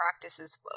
practices